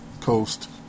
coast